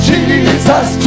Jesus